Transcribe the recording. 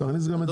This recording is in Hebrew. תכניס גם את זה,